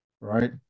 right